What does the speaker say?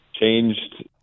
changed